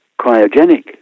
cryogenic